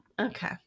Okay